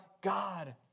God